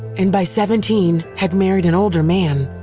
and by seventeen had married an older man.